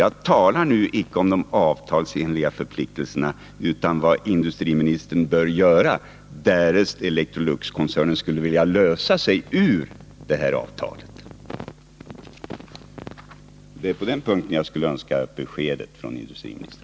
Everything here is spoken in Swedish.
Jag talar nu icke om de avtalsenliga förpliktelserna, utan om vad industriministern bör göra, därest Electroluxkoncernen skulle vilja lösa sig ur det här avtalet. På den punkten skulle jag önska ett besked av industriministern.